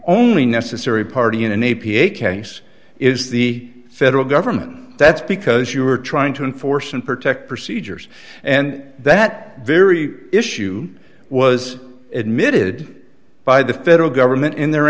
only necessary party in an a p a case is the federal government that's because you are trying to enforce and protect procedures and that very issue was admitted by the federal government in their